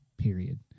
period